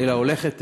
אלא הולכת וגדלה,